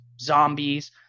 zombies